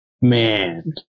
Man